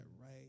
right